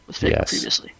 Yes